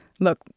look